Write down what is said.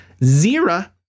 Zira